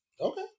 Okay